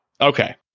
Okay